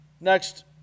Next